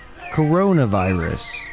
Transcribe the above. coronavirus